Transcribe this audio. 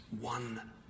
one